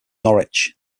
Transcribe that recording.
norwich